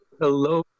hello